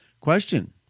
Question